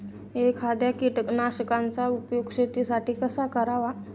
एखाद्या कीटकनाशकांचा उपयोग शेतीसाठी कसा करावा?